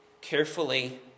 carefully